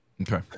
okay